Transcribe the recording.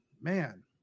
man